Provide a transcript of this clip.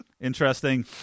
Interesting